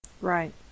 Right